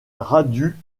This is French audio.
radu